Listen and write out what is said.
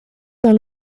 dans